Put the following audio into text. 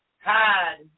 hide